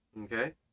okay